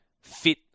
fit